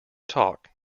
talk